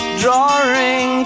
drawing